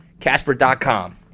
Casper.com